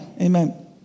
amen